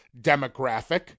demographic